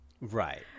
right